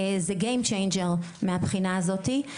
זה game changer מהבחינה הזאתי,